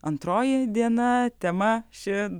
antroji diena tema ši